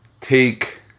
take